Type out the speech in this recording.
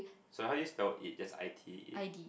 so how do you spell it just I T